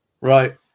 Right